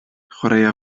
chwaraea